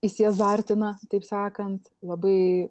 įsiazartina taip sakant labai